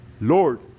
Lord